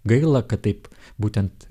gaila kad taip būtent